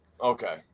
Okay